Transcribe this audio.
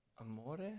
Amore